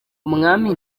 umwami